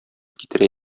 китерә